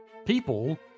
People